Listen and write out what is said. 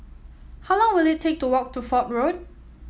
how long will it take to walk to Fort Road